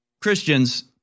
Christians